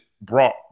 brought